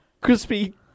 crispy